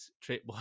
trip